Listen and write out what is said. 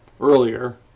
earlier